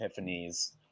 epiphanies